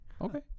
Okay